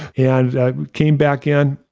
and came back in,